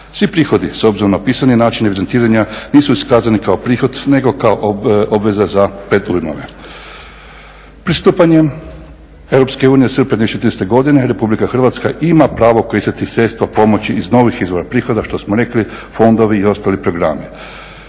Svi prihodi s obzirom na pisani način evidentiranja nisu iskazani kao prihod nego kao obveza za predujmove. Pristupanjem Europske unije u srpnju 2013. godine Republika Hrvatska ima pravo koristiti sredstva, pomoći iz novih izvora prihoda, što smo rekli fondovi i ostali programi.